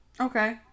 Okay